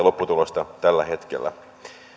lopputulosta tällä hetkellä